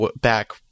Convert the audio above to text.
back